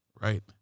Right